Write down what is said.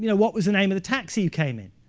you know what was the name of the taxi you came in?